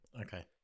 okay